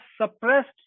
suppressed